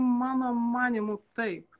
mano manymu taip